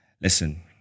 Listen